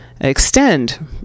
extend